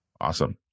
Awesome